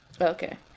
Okay